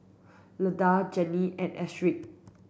Lindell Jeanie and Astrid